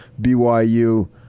BYU